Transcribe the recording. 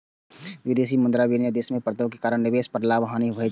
विदेशी मुद्रा विनिमय दर मे बदलाव के कारण निवेश पर लाभ, हानि भए सकै छै